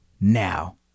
Now